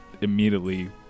immediately